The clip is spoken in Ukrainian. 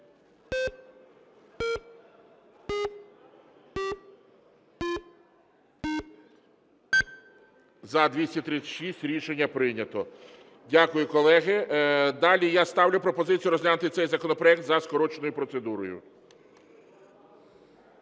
За-236 Рішення прийнято. Дякую, колеги. Далі. Я ставлю пропозицію розглянути цей законопроект за скороченою процедурою.